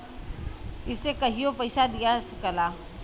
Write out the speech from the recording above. इसे कहियों पइसा दिया सकला